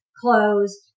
clothes